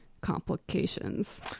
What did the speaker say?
complications